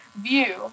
view